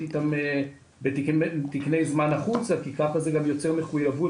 איתם בתקני זמן החוצה כי ככה זה גם יוצר מחויבות